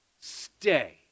stay